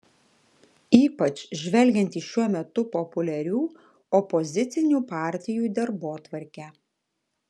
ypač žvelgiant į šiuo metu populiarių opozicinių partijų darbotvarkę